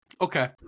Okay